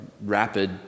rapid